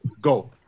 go